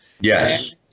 Yes